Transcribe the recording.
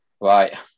Right